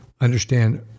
understand